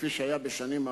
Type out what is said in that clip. כפי שהיה בשנים עברו.